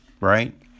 right